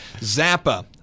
Zappa